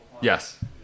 Yes